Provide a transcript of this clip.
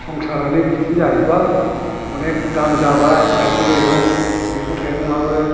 संसारानो बिदिनो जाहैबाय अनेक दाम जाबाय माइरं दैरं मैगं थाइगंआबो